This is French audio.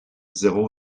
zéro